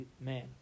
man